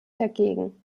dagegen